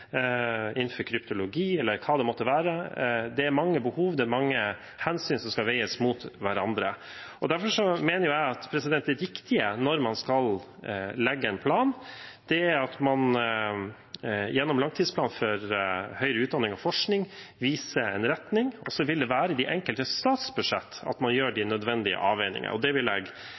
innenfor kryptologi eller hva det måtte være. Det er mange behov, det er mange hensyn som skal veies mot hverandre. Derfor mener jeg at det viktige når man skal legge en plan, er at man gjennom langtidsplanen for forskning og høyere utdanning viser en retning, og så vil det være i de enkelte statsbudsjett man gjør de nødvendige avveiningene. Det vil